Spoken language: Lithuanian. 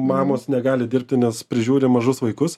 mamos negali dirbti nes prižiūri mažus vaikus